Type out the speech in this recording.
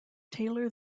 taylor